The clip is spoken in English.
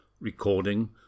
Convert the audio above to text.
Recording